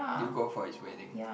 did you go for his wedding